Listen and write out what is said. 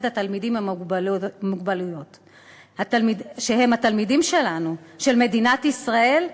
המתמשכת של הפרשה אשר התרחשה בשנותיה הראשונות של מדינת ישראל,